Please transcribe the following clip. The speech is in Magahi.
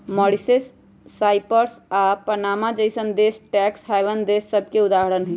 मॉरीशस, साइप्रस आऽ पनामा जइसन्न देश टैक्स हैवन देश सभके उदाहरण हइ